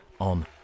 on